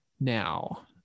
now